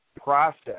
process